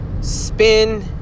spin